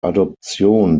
adoption